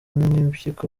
kw’impyiko